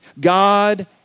God